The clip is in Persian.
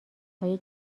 های